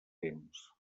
temps